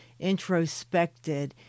introspected